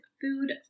food